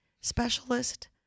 specialist